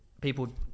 people